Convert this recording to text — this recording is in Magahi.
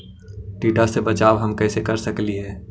टीडा से बचाव हम कैसे कर सकली हे?